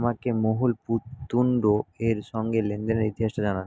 আমাকে মহুল পুততুণ্ড এর সঙ্গে লেনদেনের ইতিহাসটা জানান